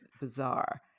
bizarre